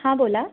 हां बोला